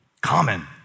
common